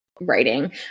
writing